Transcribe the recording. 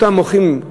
אותם מוחים,